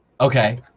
Okay